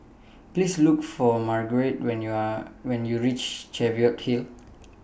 Please Look For Marguerite when YOU Are when YOU REACH Cheviot Hill